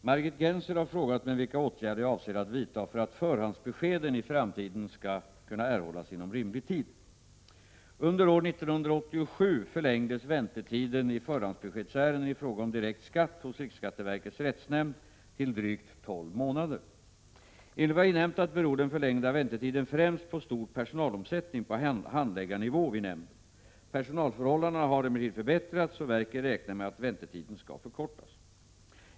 Herr talman! Margit Gennser har frågat mig vilka åtgärder jag avser att vidta för att förhandsbeskeden i framtiden skall kunna erhållas inom rimlig tid. Under år 1987 förlängdes väntetiden i förhandsbeskedsärenden i fråga om direkt skatt hos riksskatteverkets rättsnämnd till drygt tolv månader. Enligt vad jag inhämtat beror den förlängda väntetiden främst på stor personalomsättning på handläggarnivå vid nämnden. Personalförhållandena har emellertid förbättrats, och verket räknar med att väntetiden skall förkortas.